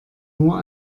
nur